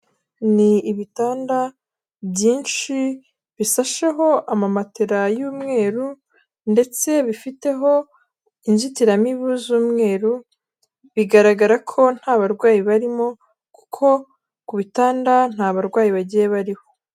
Ni ibitanda byinshi bishasheho amamate y'umweru ndetse bifiteho inzitiramibu z'umweru, bigaragara ko nta barwayi barimo kuko ku bitanda nta barwayi bagiye bariho.